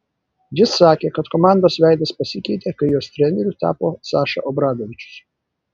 jis sakė kad komandos veidas pasikeitė kai jos treneriu tapo saša obradovičius